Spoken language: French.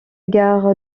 gare